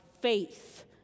faith